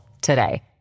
today